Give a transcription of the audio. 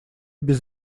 без